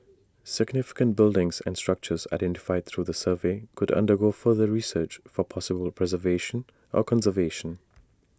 significant buildings and structures identified through the survey could undergo further research for possible preservation or conservation